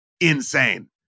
insane